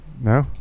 No